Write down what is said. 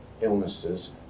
illnesses